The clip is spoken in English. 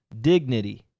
dignity